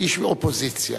איש מהאופוזיציה.